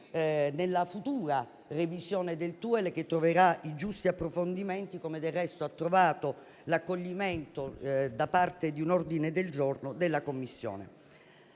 nella futura revisione del TUEL che troverà i giusti approfondimenti, come del resto ha trovato l'accoglimento un ordine del giorno della Commissione.